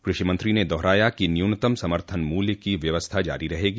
कृषिमंत्री ने दोहराया की न्यूनतम समर्थन मूल्य की व्यवस्था जारी रहेगी